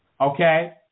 Okay